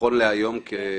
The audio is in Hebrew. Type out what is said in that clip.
נכון להיום.